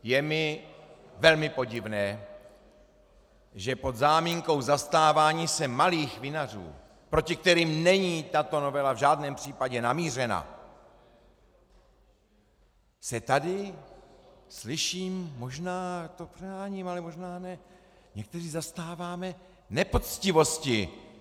Je mi velmi podivné, že pod záminkou zastávání se malých vinařů, proti kterým není tato novela v žádném případě namířena, se tady, slyším možná to přeháním, možná ne někteří zastáváme nepoctivosti!